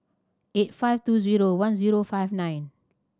eight five two zero one zero five nine